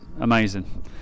amazing